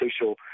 social